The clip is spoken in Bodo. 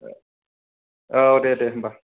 औ दे दे होनबा